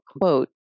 quote